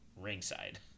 Ringside